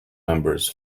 members